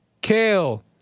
Kale